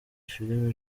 filime